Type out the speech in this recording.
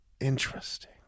interesting